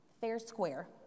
Fair-square